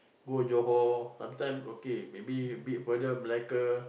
go Johor sometime okay maybe a bit further Melaka